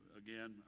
again